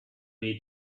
need